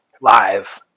Live